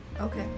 Okay